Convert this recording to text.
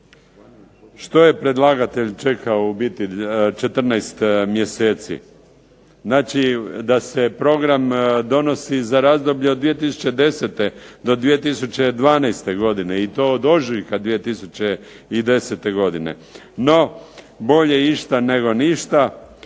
Što je predlagatelj čekao u biti 14 mjeseci? Znači da se program donosi za razdoblje od 2010. do 2012. godine i to od ožujka 2010. godine. No, bolje išta nego ništa.